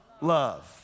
Love